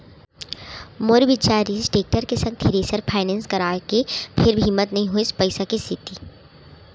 मोर बिचार रिहिस टेक्टर के संग थेरेसर फायनेंस कराय के फेर हिम्मत नइ होइस पइसा के सेती